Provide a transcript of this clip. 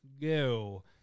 go